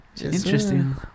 Interesting